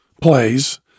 plays